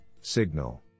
signal